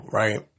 right